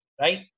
right